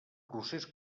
procés